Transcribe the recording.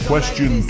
Question